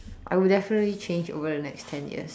I would definitely change over the next ten years